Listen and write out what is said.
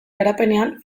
garapenean